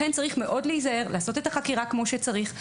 לכן צריך מאוד להיזהר, לעשות את החקירה כמו שצריך.